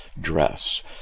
dress